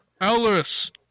Alice